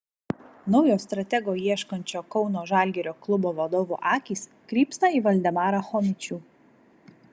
naujo stratego ieškančio kauno žalgirio klubo vadovų akys krypsta į valdemarą chomičių